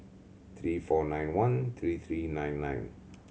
three four nine one three three nine nine